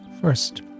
first